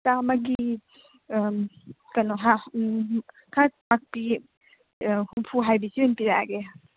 ꯆꯥꯝꯃꯒꯤ ꯀꯩꯅꯣ ꯍꯥ ꯈꯔ ꯍꯨꯝꯐꯨ ꯍꯥꯏꯕꯤꯁꯤ ꯑꯣꯏꯅ ꯄꯤꯔꯛꯂꯒꯦ